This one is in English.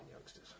youngsters